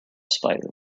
spider